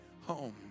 home